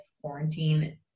quarantine